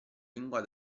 lingua